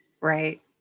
Right